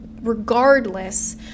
regardless